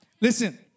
listen